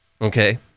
okay